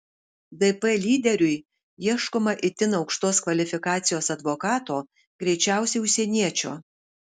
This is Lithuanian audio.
dp lyderiui ieškoma itin aukštos kvalifikacijos advokato greičiausiai užsieniečio